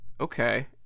okay